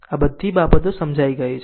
આ બધી બાબતો સમજી ગઈ છે